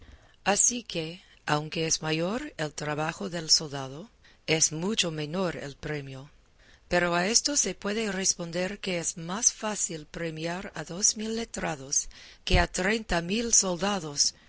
así que aunque es mayor el trabajo del soldado es mucho menor el premio pero a esto se puede responder que es más fácil premiar a dos mil letrados que a treinta mil soldados